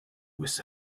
with